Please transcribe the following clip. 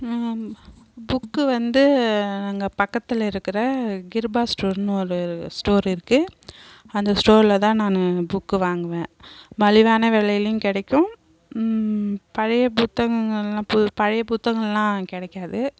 book வந்து எங்கள் பக்கத்தில் இருக்கிற கிருபா ஸ்டோர்னு ஒரு ஸ்டோர் இருக்கு அந்த ஸ்டோரில் தான் நான் புக்கு வாங்குவன் மலிவான விலையிலையும் கிடைக்கும் பழைய புத்தகங்கள்லாம் பழைய புத்தகம்லாம் கிடைக்காது